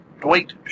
Dwight